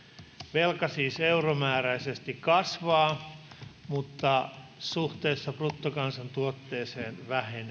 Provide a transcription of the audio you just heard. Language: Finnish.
velka siis euromääräisesti kasvaa mutta suhteessa bruttokansantuotteeseen vähenee